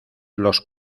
los